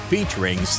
Featuring